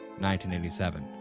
1987